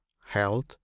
health